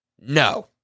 No